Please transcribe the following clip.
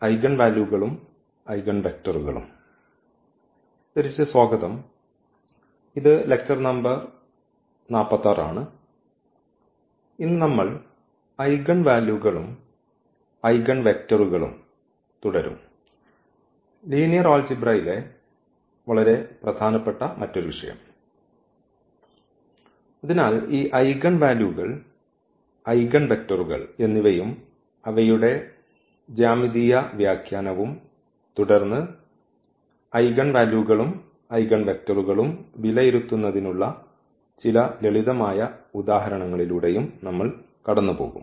തിരിച്ച് സ്വാഗതം ഇത് ലെക്ച്ചർ നമ്പർ 46 ആണ് ഇന്ന് നമ്മൾ ഐഗൺവാല്യൂകളും ഐഗൺവെക്ടറുകളും തുടരും ലീനിയർ ആൾജിബ്രയിലെ വളരെ പ്രധാനപ്പെട്ട മറ്റൊരു വിഷയം അതിനാൽ ഈ ഐഗൻവാല്യൂകൾ ഐഗൺവെക്റ്ററുകൾ എന്നിവയും അവയുടെ ജ്യാമിതീയ വ്യാഖ്യാനവും തുടർന്ന് ഐഗൺ വാല്യൂകളും ഐഗൺവെക്റ്ററുകളും വിലയിരുത്തുന്നതിനുള്ള ചില ലളിതമായ ഉദാഹരണങ്ങളിലൂടെയും നമ്മൾ കടന്നുപോകും